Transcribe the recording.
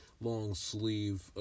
long-sleeve